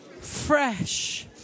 Fresh